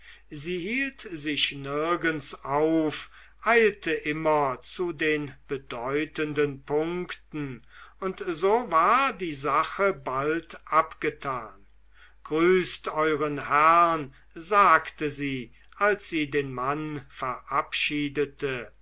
sie hielt sich nirgends auf eilte immer zu den bedeutenden punkten und so war die sache bald abgetan grüßt euren herrn sagte sie als sie den mann verabschiedete